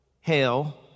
hell